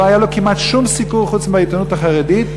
לא היה לו כמעט שום סיקור חוץ מבעיתונות החרדית.